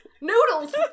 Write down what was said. Noodles